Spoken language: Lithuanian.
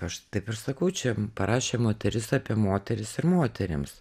aš taip ir sakau čia parašė moteris apie moteris ir moterims